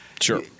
Sure